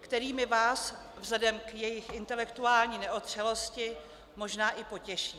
kterými vás vzhledem k jejich intelektuální neotřelosti možná i potěším.